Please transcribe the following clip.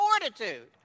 fortitude